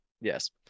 Yes